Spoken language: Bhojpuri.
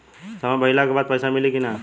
समय भइला के बाद पैसा मिली कि ना?